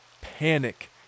panic